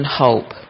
hope